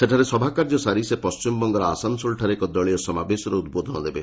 ସେଠାରେ ସଭାକାର୍ଯ୍ୟ ସାରି ସେ ପଶ୍ଚିମବଙ୍ଗର ଆସାନସୋଲଠାରେ ଏକ ଦଳୀୟ ସମାବେଶରେ ଉଦ୍ବୋଧନ ଦେବେ